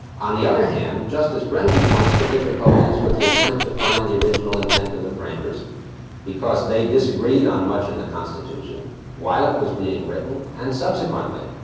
on the other hand, justice brennan points to difficulties with the attempt to find the original intent of the framers because they disagreed on much in the constitution while it was being written and subsequently.